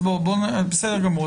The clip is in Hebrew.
בסדר גמור.